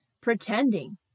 pretending